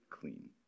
clean